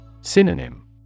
Synonym